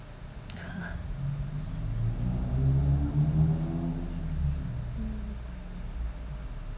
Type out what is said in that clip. mm